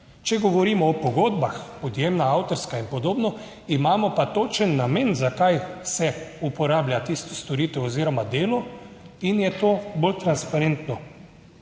Če govorimo o pogodbah, podjemna, avtorska in podobno, imamo pa točen namen, zakaj se uporablja tista storitev oziroma delo in je to bolj transparentno.